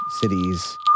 Cities